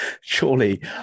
surely